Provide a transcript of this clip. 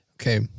Okay